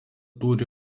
turi